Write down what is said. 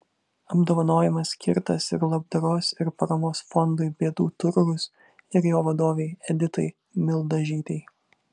apdovanojimas skirtas ir labdaros ir paramos fondui bėdų turgus ir jo vadovei editai mildažytei